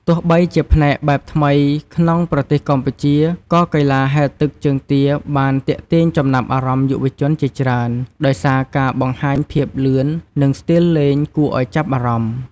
ទោះបីជាជាផ្នែកបែបថ្មីក្នុងប្រទេសកម្ពុជា ក៏កីឡាហែលទឹកជើងទាបានទាក់ទាញចំណាប់អារម្មណ៍យុវជនជាច្រើន ដោយសារការបង្ហាញភាពលឿន និងស្ទីលលេងគួរឱ្យចាប់អារម្មណ៍។